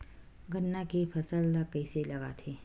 गन्ना के फसल ल कइसे लगाथे?